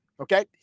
okay